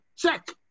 Check